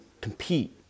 compete